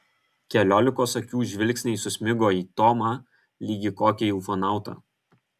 keliolikos akių žvilgsniai susmigo į tomą lyg į kokį ufonautą